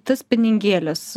tas spiningėlis